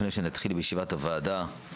לפני שנתחיל בישיבת הוועדה,